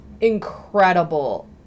incredible